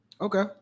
okay